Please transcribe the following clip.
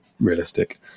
realistic